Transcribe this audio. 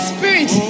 Spirit